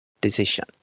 decision